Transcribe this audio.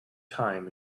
time